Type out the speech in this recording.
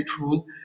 rule